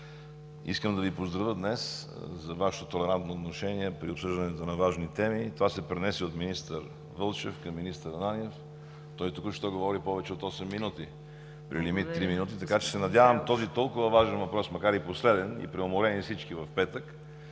искам да Ви поздравя за Вашето толерантно отношение при обсъждането на важни теми. Това се пренесе от министър Вълчев към министър Ананиев – той току-що говори повече от осем минути при лимит три минути. Надявам се този толкова важен въпрос, макар и последен, и преуморени всички в петък,